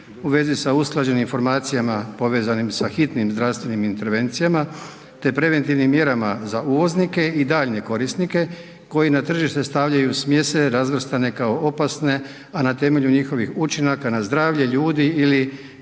u vezi sa usklađenim informacijama povezanih sa hitnim zdravstvenim intervencijama te preventivnim mjerama za uvoznike i daljnje korisnike koji na tržište stavljaju smjese razvrstane kao opasne, a na temelju njihovih učinaka na zdravlje ljudi ili